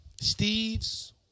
Steve's